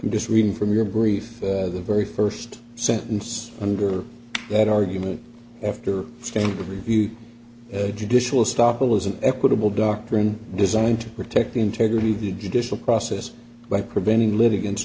and just reading from your brief the very first sentence under that argument after the reviewed judicial stoppel is an equitable doctrine designed to protect the integrity of the judicial process by preventing live against